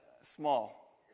Small